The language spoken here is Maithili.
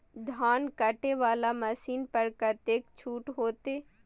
धान कटे वाला मशीन पर कतेक छूट होते?